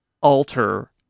alter